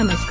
नमस्कार